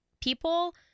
people